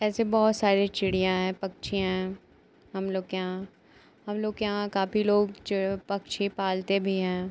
ऐसे बहुत सारी चिड़िया हैं पक्षियाँ हैं हमलोग के यहाँ हमलोग के यहाँ काफ़ी लोग जो है पक्षी पालते भी हैं